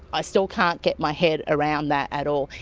i still can't get my head around that at all,